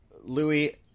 Louis